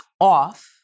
off